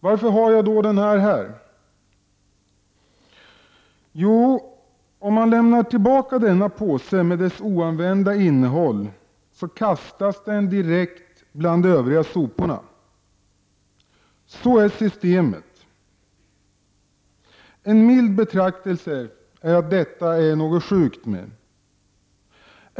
Varför har jag då tagit med mig den här förpackningen hit? Jo, jag ville visa på följande. Om man lämnar tillbaka påsen med dess oanvända innehåll, kastas den direkt bland övriga sopor. Sådant är systemet. En mild betraktelse ger vid handen att detta är sjukt.